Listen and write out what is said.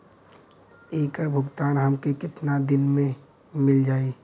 ऐकर भुगतान हमके कितना दिन में मील जाई?